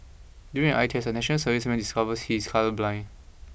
during an eye test a National Serviceman discovers he is colourblind